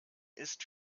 ist